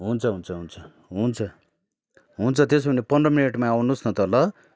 हुन्छ हुन्छ हुन्छ हुन्छ हुन्छ त्यसो भने पन्ध्र मिनेटमा आउनुहोस् न त ल